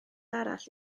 arall